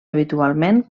habitualment